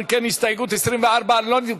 אם כן, הסתייגות 24 לא נתקבלה.